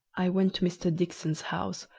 i went to mr. dixon's house,